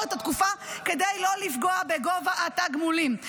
את התקופה כדי לא לפגוע בגובה התגמולים.